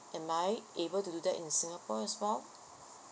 am I able to do that in singapore as well